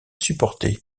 supporter